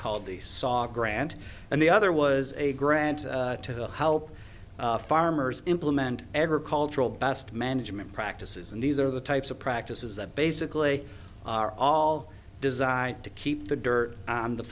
called the saw grant and the other was a grant to how farmers implement agricultural best management practices and these are the types of practices that basically are all designed to keep the dirt in the